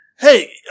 Hey